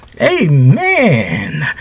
Amen